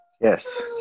Yes